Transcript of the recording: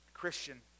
Christian